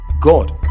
God